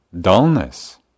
dullness